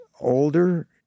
older